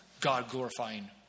God-glorifying